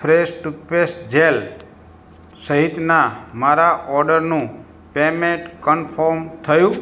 fresh toothpaste gel સહિતના મારા ઓર્ડરનું પેમેન્ટ કન્ફર્મ થયું